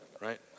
right